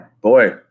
boy